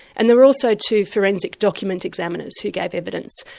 and there were also two forensic document examiners who gave evidence.